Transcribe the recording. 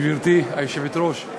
גברתי היושבת-ראש,